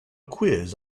quiz